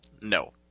no